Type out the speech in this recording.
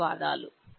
ధన్యవాదాలు